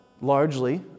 largely